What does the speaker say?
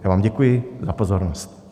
Já vám děkuji za pozornost.